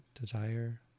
desire